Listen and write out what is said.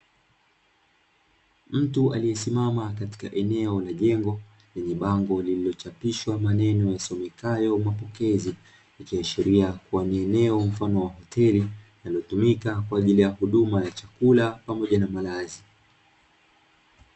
Mtu aliyesimama katika eneo la jengo, lenye bango lililochapishwa maneno yasomekayo "Mapokezi", ikiashiria kuwa ni eneo mfano wa hoteli inayotumika kwa ajili ya huduma ya chakula pamoja na malazi.